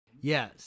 Yes